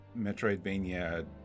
Metroidvania